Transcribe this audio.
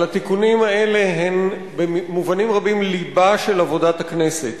אבל התיקונים האלה הם במובנים רבים לבה של עבודת הכנסת.